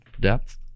depth